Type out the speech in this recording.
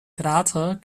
krater